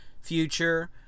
future